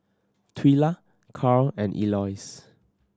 Twila Karl and Elois